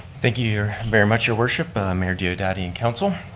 thank you very much, your worship, mayor diodati and council.